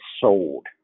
sold